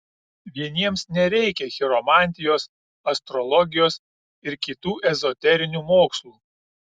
vieniems nereikia chiromantijos astrologijos ir kitų ezoterinių mokslų